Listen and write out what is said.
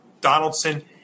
Donaldson